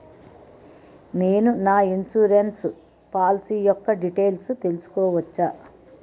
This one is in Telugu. నేను నా ఇన్సురెన్స్ పోలసీ యెక్క డీటైల్స్ తెల్సుకోవచ్చా?